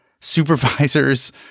supervisors